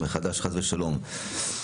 מחדש בישראל.